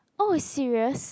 oh serious